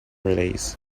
release